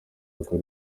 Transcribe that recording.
uko